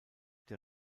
der